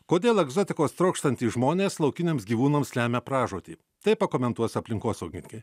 kodėl egzotikos trokštantys žmonės laukiniams gyvūnams lemia pražūtį tai pakomentuos aplinkosaugininkai